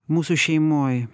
mūsų šeimoj